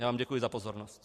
Já vám děkuji za pozornost.